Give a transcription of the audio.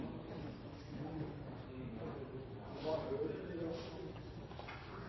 sak: